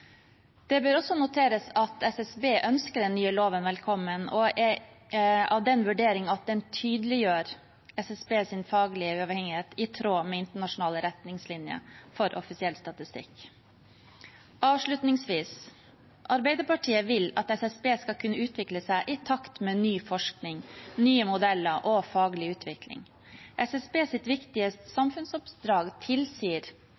Det bør også noteres at SSB ønsker den nye loven velkommen og er av den oppfatning at den tydeliggjør SSBs faglige uavhengighet i tråd med internasjonale retningslinjer for offisiell statistikk. Avslutningsvis: Arbeiderpartiet vil at SSB skal kunne utvikle seg i takt med ny forskning, nye modeller og faglig utvikling.